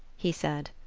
he said.